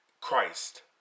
Christ